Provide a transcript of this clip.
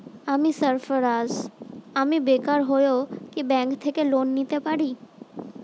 আমি সার্ফারাজ, আমি বেকার হয়েও কি ব্যঙ্ক থেকে লোন নিতে পারি?